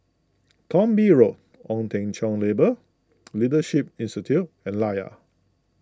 Thong Bee Road Ong Teng Cheong Labour Leadership Institute and Layar